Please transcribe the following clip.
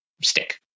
stick